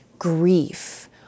Grief